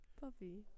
Puppy